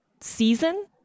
season